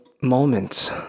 moments